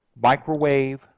Microwave